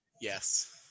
Yes